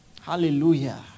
Hallelujah